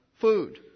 food